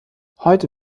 heute